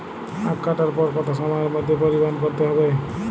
আখ কাটার পর কত সময়ের মধ্যে পরিবহন করতে হবে?